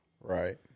Right